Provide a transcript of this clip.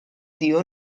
dio